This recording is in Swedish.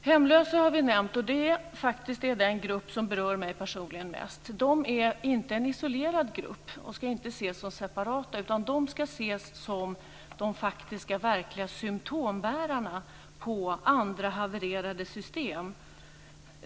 Hemlösa har vi nämnt, och det är faktiskt den grupp som berör mig personligen mest. De är inte en isolerad grupp och ska inte ses separat, utan de ska ses som de faktiska verkliga symtombärarna till följd av andra havererade system.